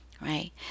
right